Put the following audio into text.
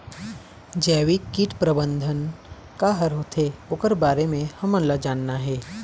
जैविक कीट प्रबंधन का हर होथे ओकर बारे मे हमन ला जानना हे?